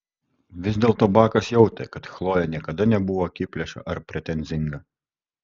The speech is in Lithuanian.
vis dėlto bakas jautė kad chlojė niekada nebuvo akiplėša ar pretenzinga